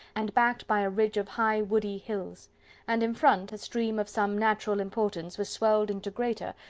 and backed by a ridge of high woody hills and in front, a stream of some natural importance was swelled into greater,